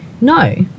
No